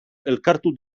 elkartu